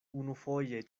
unufoje